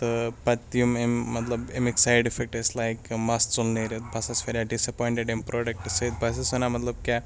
تہٕ پَتہٕ یِم امہِ مطلب اَمِکۍ سایِڈ اِفیکٹ ٲسۍ لایِک کہِ مَس ژوٚل نیٖرِتھ بہٕ ہَسا چھُس واریاہ ڈِس ایپوینٛٹِڈ اَمہِ پرٛوڈَکٹ سۭتۍ بہٕ ہَسا وَنان مطلب کیٛاہ